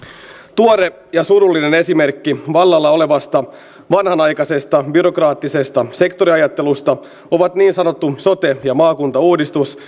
tuore ja surullinen esimerkki vallalla olevasta vanhanaikaisesta byrokraattisesta sektoriajattelusta ovat niin sanottu sote ja maakuntauudistus